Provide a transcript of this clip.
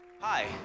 hi